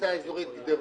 מועצה אזורית גדרות.